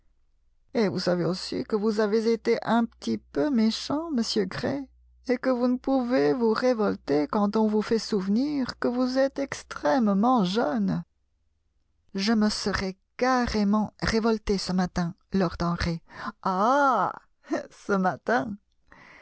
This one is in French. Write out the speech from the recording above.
et vous savez aussi que vous avez été un petit peu méchant monsieur gray et que vous ne pouvez vous révolter quand on vous fait souvenir que vous tes extrêmement jeune je me serais carrément révolté ce matin lord henry ah ce matin